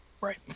Right